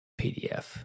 PDF